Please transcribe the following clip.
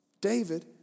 David